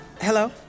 Hello